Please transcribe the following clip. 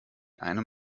einem